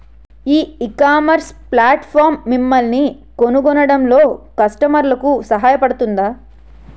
ఈ ecommerce platform మిమ్మల్ని కనుగొనడంలో కస్టమర్లకు సహాయపడుతుందా?